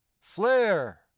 flare